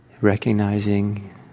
Recognizing